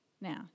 Now